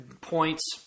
points